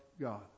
God